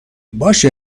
باشه